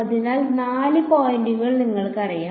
അതിനാൽ നാല് പോയിന്റുകൾ നിങ്ങൾക്കറിയാം